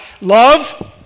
Love